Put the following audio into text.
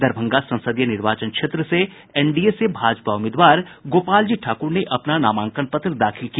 दरभंगा संसदीय निर्वाचन क्षेत्र से एनडीए से भाजपा उम्मीदवार गोपाल जी ठाकुर ने अपना नामांकन पत्र दाखिल किया